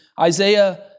Isaiah